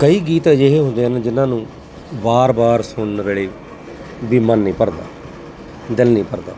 ਕਈ ਗੀਤ ਅਜਿਹੇ ਹੁੰਦੇ ਹਨ ਜਿਹਨਾਂ ਨੂੰ ਵਾਰ ਵਾਰ ਸੁਣਨ ਵੇਲੇ ਵੀ ਮਨ ਨਹੀਂ ਭਰਦਾ ਦਿਲ ਨਹੀਂ ਭਰਦਾ